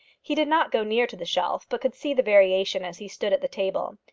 he did not go near to the shelf, but could see the variation as he stood at the table.